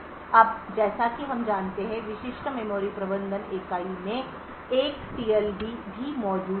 अब जैसा कि हम जानते हैं कि विशिष्ट मेमोरी प्रबंधन इकाई में एक टीएलबी भी मौजूद है